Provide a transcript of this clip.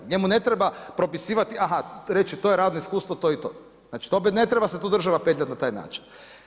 Njemu ne treba propisivati, aha reći to je radno iskustvo to i to, znači ne treba se tu država petljati na taj način.